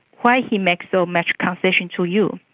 why he make so much concession to you?